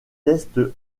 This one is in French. test